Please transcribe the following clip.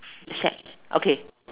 sad okay